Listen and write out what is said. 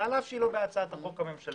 ועל אף שהיא לא בהצעת החוק הממשלתית